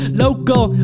local